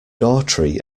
daughtry